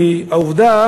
כי העובדה